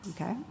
Okay